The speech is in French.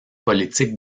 politiques